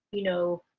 you know,